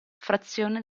frazione